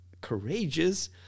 courageous